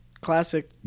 Classic